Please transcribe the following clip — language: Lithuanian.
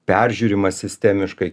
peržiūrima sistemiškai